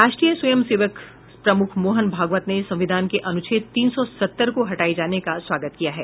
राष्ट्रीय स्वयं सेवक प्रमुख मोहन भागवत ने संविधान के अनुच्छेद तीन सौ सत्तर को हटाये जाने का स्वागत किया है